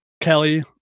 kelly